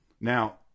Now